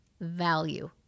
value